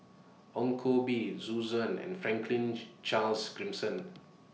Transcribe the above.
Ong Koh Bee Zhu and Franklin Charles